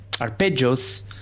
arpeggios